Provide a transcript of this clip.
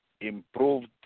improved